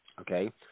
okay